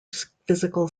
physical